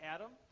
Adam